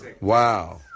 Wow